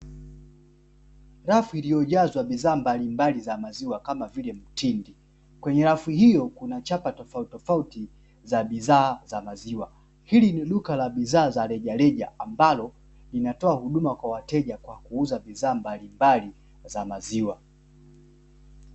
Rafu iliyojazwa bidhaa mbalimbali za maziwa kama vile mtindi, kwenye rafu hiyo kuna chapa tofautitofauti za bidhaa za maziwa, hili ni duka la bidhaa za rejareja ambalo linatoa huduma kwa wateja kwa kuuza bidhaa mbalimbali za maziwa.